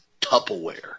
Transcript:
Tupperware